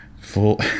Full